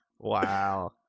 wow